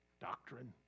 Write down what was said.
doctrine